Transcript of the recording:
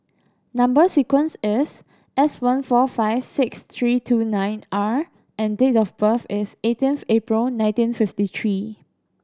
number sequence is S one four five six three two nine R and date of birth is eighteenth April nineteen fifty three